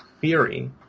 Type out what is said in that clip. theory